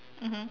mmhmm